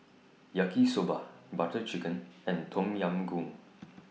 Yaki Soba Butter Chicken and Tom Yam Goong